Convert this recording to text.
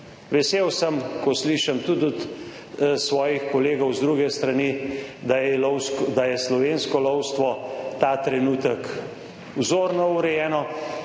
Vesel sem, ko slišim tudi od svojih kolegov z druge strani, da je slovensko lovstvo ta trenutek vzorno urejeno,